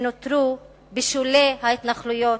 שנותרו בשולי ההתנחלויות,